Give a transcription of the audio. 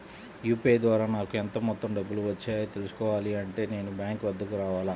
UPI ద్వారా నాకు ఎంత మొత్తం డబ్బులు వచ్చాయో తెలుసుకోవాలి అంటే నేను బ్యాంక్ వద్దకు రావాలా?